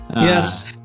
Yes